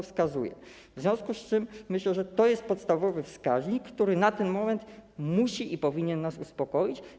W związku z tym myślę, że to jest podstawowy wskaźnik, który na ten moment musi i powinien nas uspokoić.